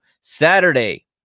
Saturday